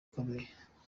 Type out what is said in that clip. gukomeye